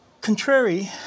Contrary